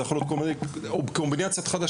זה יכול להיות כל מיני קומבינציות חדשות,